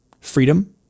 freedom